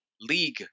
league